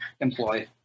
employ